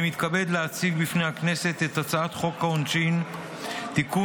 אני מתכבד להציג בפני הכנסת את הצעת חוק העונשין (תיקון,